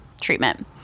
treatment